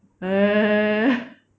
eh